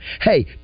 Hey